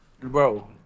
Bro